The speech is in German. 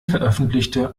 veröffentlichte